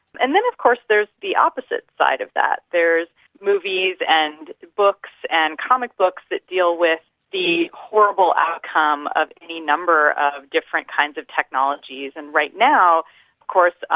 and then of course there's the opposite side of that there's movies and books and comic books that deal with the horrible outcome of any number of different kinds of technologies, and right now of course,